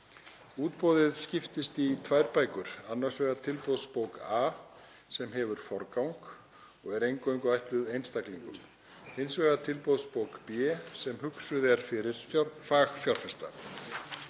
Útboðið skiptist í tvær bækur, annars vegar tilboðsbók A sem hefur forgang og er eingöngu ætluð einstaklingum og hins vegar tilboðsbók B sem hugsuð er fyrir fagfjárfesta.